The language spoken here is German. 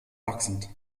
wachsend